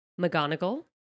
McGonagall